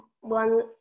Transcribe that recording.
one